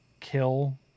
kill